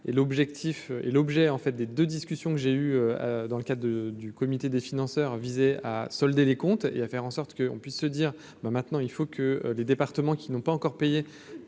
l'objectif est l'objet, en fait des de discussions que j'ai eu, dans le cas de du comité des financeurs à solder les comptes et à faire en sorte que, on puisse se dire : ben, maintenant il faut que les départements qui n'ont pas encore payé